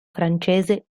francese